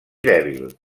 dèbil